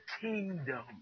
kingdom